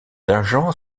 agents